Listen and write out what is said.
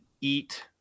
eat